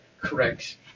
correct